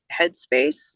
headspace